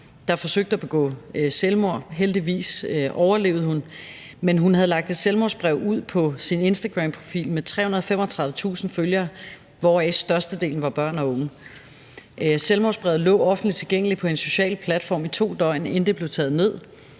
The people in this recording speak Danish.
der forsøgte at begå selvmord. Heldigvis overlevede hun, men hun havde lagt et selvmordsbrev ud på sin Instagramprofil med 335.000 følgere, hvoraf størstedelen var børn og unge. Selvmordsbrevet lå offentligt tilgængeligt på hendes sociale platform i to døgn, inden det blev taget ned.